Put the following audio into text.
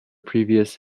previous